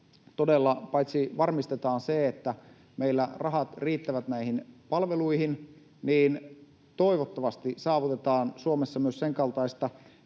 paitsi varmistetaan, että meillä rahat riittävät näihin palveluihin, myös toivottavasti saavutetaan Suomessa senkaltaista